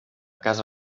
casa